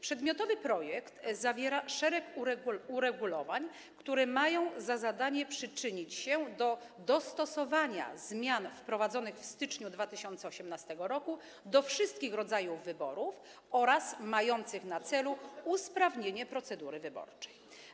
Przedmiotowy projekt zawiera szereg uregulowań, które mają za zadanie przyczynić się do dostosowania zmian wprowadzonych w styczniu 2018 r. do wszystkich rodzajów wyborów oraz mają na celu usprawnienie procedury wyborczej.